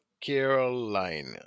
Carolina